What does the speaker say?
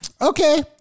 Okay